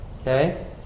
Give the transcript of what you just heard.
Okay